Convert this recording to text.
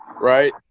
right